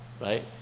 right